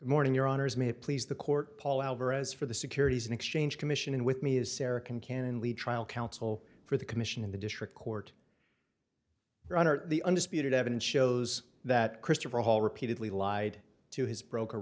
morning your honour's may please the court paul alvarez for the securities and exchange commission and with me is sarah concannon lead trial counsel for the commission in the district court the undisputed evidence shows that christopher hall repeatedly lied to his broker